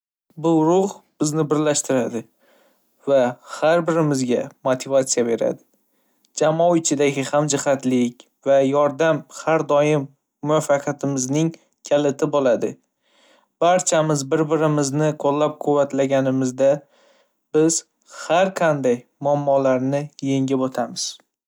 Bu ruh bizni birlashtiradi va har birimizga motivatsiya beradi. Jamoa ichidagi hamjihatlik va yordam har doim muvaffaqiyatimizning kaliti bo'ladi. Barchamiz bir-birimizni qo'llab-quvvatlaganimizda, biz har qanday muammolarni yengib o'tamiz.